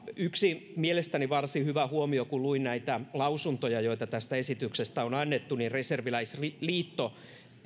yksi mielestäni varsin hyvä huomio oli kun luin näitä lausuntoja joita tästä esityksestä on annettu että reserviläisliitto